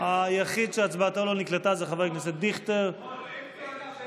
היחיד שהצבעתו לא נקלטה זה חבר הכנסת דיכטר, נכון?